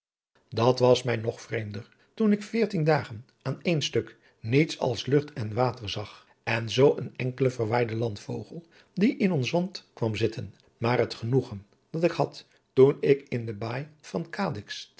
dat was mij nog vreemder toen ik veertien dagen aan één stuk niets als lucht en water zag en zoo een enkelen verwaaiden landvogel die in ons wand kwam zitten maar het genoegen dat ik had toen ik in de baai van